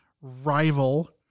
rival